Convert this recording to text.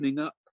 up